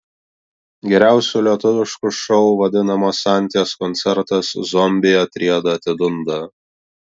geriausiu lietuvišku šou vadinamas anties koncertas zombiai atrieda atidunda